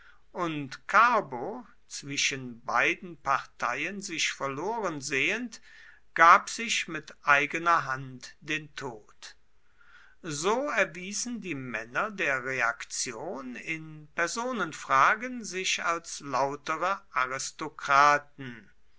und carbo zwischen beiden parteien sich verloren sehend gab sich mit eigener hand den tod so erwiesen die männer der reaktion in personenfragen sich als lautere aristokraten